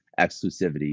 exclusivity